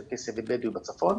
צ'רקסי ובדואי בצפון.